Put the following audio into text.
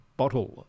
bottle